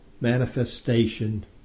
manifestation